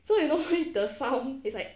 so you know the sound it's like